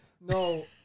No